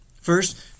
First